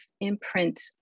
imprint